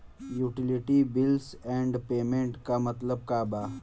Utility bills and payments क मतलब का बा?